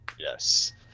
yes